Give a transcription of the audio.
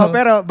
Pero